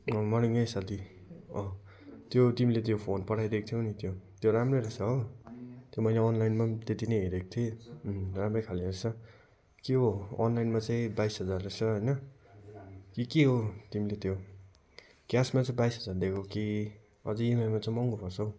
good morning है साथी त्यो तिमीले त्यो फोन पठाइदिएको थियौ नि त्यो राम्रो रहेछ हो त्यो मैले अनलाइनमा पनि त्यति नै हेरेको थिएँ राम्रै खाले रहेछ त्यो अनलाइनमा चाहिँ बाइस हजार रहेछ होइन कि के हो तिमीले त्यो क्यासमा चाहिँ बाइस हजार दिएको कि महँगो पर्छ हौ